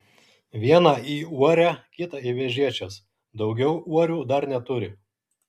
vieną į uorę kitą į vežėčias daugiau uorių dar neturi